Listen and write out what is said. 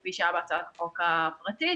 כפי שהיה בהצעת החוק הפרטית,